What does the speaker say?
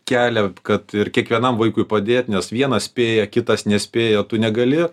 kelią kad ir kiekvienam vaikui padėt nes vienas spėja kitas nespėja tu negali